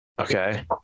Okay